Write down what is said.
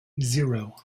zero